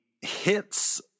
hits